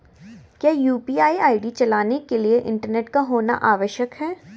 क्या यु.पी.आई चलाने के लिए इंटरनेट का होना आवश्यक है?